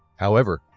however,